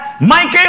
Michael